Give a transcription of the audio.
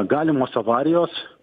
galimos avarijos